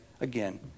Again